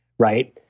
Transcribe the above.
right?